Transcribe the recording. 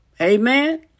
Amen